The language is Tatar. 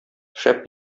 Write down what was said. шәп